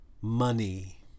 money